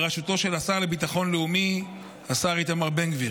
בראשותו של השר לביטחון לאומי השר איתמר בן גביר.